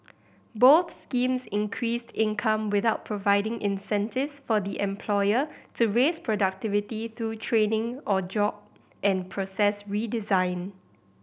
both schemes increased income without providing incentives for the employer to raise productivity through training or job and process redesign